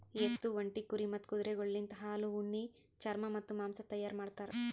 ಎತ್ತು, ಒಂಟಿ, ಕುರಿ ಮತ್ತ್ ಕುದುರೆಗೊಳಲಿಂತ್ ಹಾಲು, ಉಣ್ಣಿ, ಚರ್ಮ ಮತ್ತ್ ಮಾಂಸ ತೈಯಾರ್ ಮಾಡ್ತಾರ್